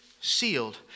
sealed